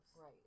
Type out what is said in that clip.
Right